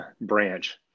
branch